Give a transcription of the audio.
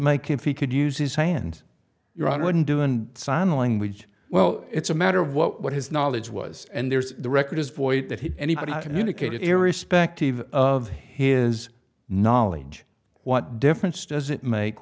make if he could use his hand you're out wouldn't do in sign language well it's a matter of what his knowledge was and there's the record is void that he anybody communicated irrespective of his knowledge what difference does it make